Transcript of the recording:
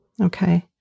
Okay